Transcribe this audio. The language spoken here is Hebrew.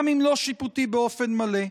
גם אם לא שיפוטי באופן מלא.